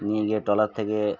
নিয়ে গিয়ে ট্রলার থেকে